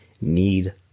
need